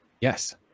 yes